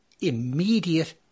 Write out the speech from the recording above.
Immediate